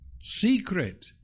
Secret